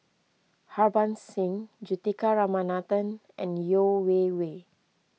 Harbans Singh Juthika Ramanathan and Yeo Wei Wei